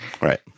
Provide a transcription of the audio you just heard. Right